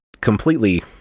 completely